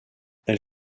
elle